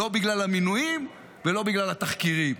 לא בגלל המינויים ולא בגלל התחקירים,